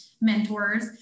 mentors